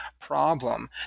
problem